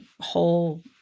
whole